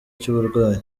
cy’uburwayi